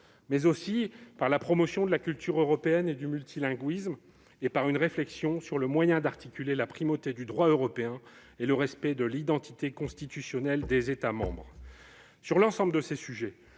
mais aussi par la promotion de la culture européenne et du multilinguisme et par une réflexion sur le moyen d'articuler la primauté du droit européen et le respect de l'identité constitutionnelle des États membres. Sur l'ensemble de ces sujets,